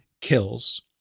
kills